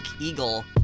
Eagle